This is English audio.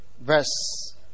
verse